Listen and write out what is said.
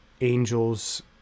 angels